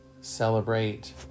celebrate